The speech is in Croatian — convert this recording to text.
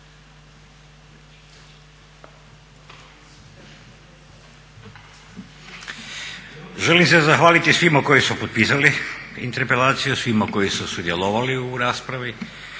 Želim se zahvaliti svima koji su potpisali interpelaciju, svima koji su sudjelovali u raspravi,